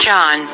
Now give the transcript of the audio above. John